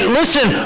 listen